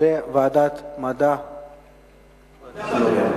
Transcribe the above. בוועדת המדע והטכנולוגיה.